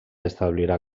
establirà